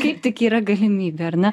kaip tik yra galimybė ar ne